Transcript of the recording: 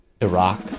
Iraq